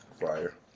Fire